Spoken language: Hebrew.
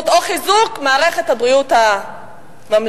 או על חיזוק מערכת הבריאות הממלכתית.